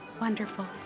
Wonderful